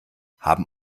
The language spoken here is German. haben